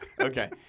Okay